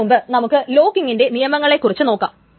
അതിനു മുമ്പ് നമുക്ക് ലോക്കിങ്ങിന്റെ നിയമങ്ങളെ കുറിച്ചു നോക്കാം